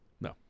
No